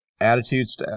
attitudes